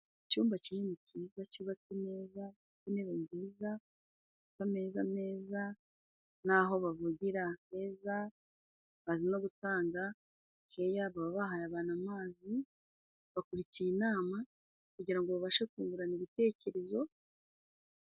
Icyumba kinini kiza cyubatse neza, intebe nziza, ameza meza n'aho bavugira heza, bazi no gutanga keya, baba bahaye abantu amazi, bakurikikira inama, kugira ngo babashe kungurana ibitekerezo.